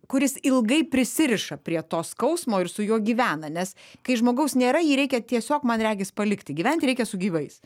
kuris ilgai prisiriša prie to skausmo ir su juo gyvena nes kai žmogaus nėra jį reikia tiesiog man regis palikti gyventi reikia su gyvais